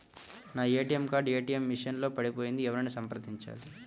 నా ATM card ATM machine లో పడిపోయింది ఎవరిని సంప్రదించాలి?